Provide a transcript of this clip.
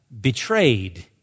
betrayed